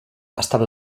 estava